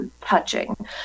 touching